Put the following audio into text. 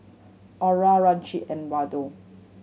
Aura Richie and Waldo